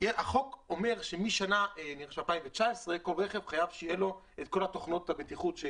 החוק אומר שמשנת 2019 כל רכב חייב שיהיו לו את כל התוכנות הבטיחותיות.